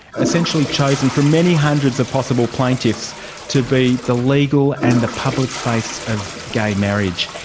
essentially chosen from many hundreds of possible plaintiffs to be the legal and the public face of gay marriage.